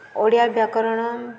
ଓଡ଼ିଆ ବ୍ୟାକରଣ